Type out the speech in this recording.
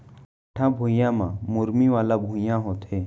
भाठा भुइयां ह मुरमी वाला भुइयां होथे